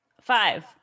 Five